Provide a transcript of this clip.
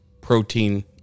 protein